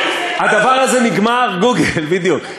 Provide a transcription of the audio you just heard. גוגל, בדיוק.